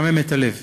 מחמם את הלב.